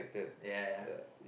yeah yeah